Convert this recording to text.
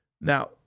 now